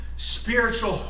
Spiritual